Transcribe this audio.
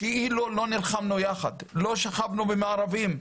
כאילו לא נלחמנו יחד, לא שכבנו במארבים.